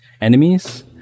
enemies